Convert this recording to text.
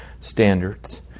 standards